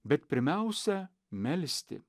bet pirmiausia melsti